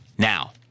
Now